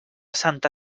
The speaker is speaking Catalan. santa